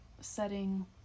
setting